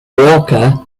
walker